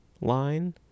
line